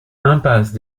impasse